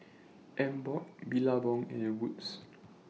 Emborg Billabong and Wood's